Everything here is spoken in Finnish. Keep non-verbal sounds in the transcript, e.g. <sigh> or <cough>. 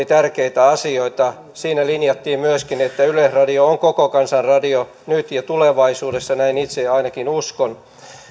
<unintelligible> tärkeitä asioita siinä linjattiin myöskin että yleisradio on koko kansan radio nyt ja tulevaisuudessa näin itse ainakin uskon